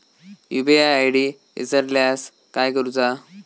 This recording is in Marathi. यू.पी.आय आय.डी इसरल्यास काय करुचा?